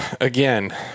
Again